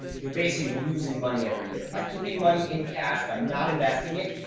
you're basically losing money every year. i keep being money in cash by not investing it.